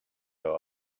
leurs